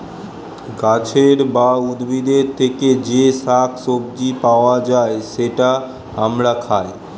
গাছের বা উদ্ভিদের থেকে যে শাক সবজি পাওয়া যায়, সেটা আমরা খাই